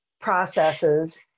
processes